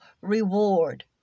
reward